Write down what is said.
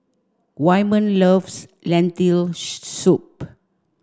Wyman loves Lentil soup